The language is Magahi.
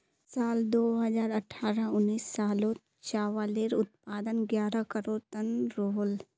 साल दो हज़ार अठारह उन्नीस सालोत चावालेर उत्पादन ग्यारह करोड़ तन रोहोल